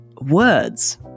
words